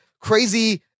crazy